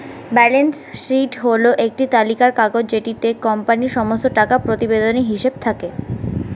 balance sheet হল একটি তালিকার কাগজ যেটিতে কোম্পানির সমস্ত টাকা প্রতিবেদনের হিসেব থাকে